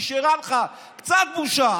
אם נשארה לך קצת בושה,